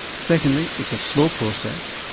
secondly it's a slow process,